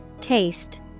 Taste